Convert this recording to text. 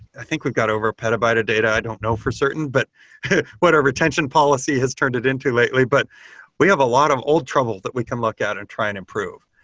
i think we've got over a petabyte of data. i don't know for certain, but what our retention policy has turned it into lately, but we have a lot of old trouble that we can look at and try and improve.